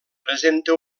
presenta